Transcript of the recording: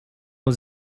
aux